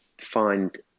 find